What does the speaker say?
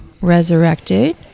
resurrected